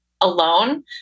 alone